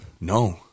No